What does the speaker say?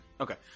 Okay